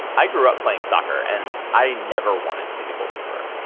i grew up playing soccer, and i never wanted to be the goalkeeper.